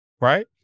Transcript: right